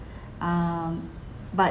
um but